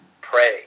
pray